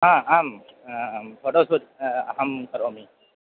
हा आम् आं फ़ोटो सुट् अहं करोमि